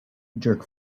jerk